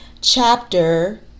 chapter